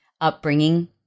upbringing